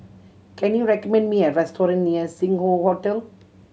can you recommend me a restaurant near Sing Hoe Hotel